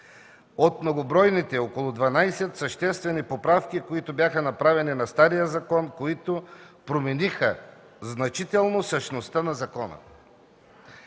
от многобройните – около 12, съществени поправки, които бяха направени на стария закон, които промениха значително същността на закона.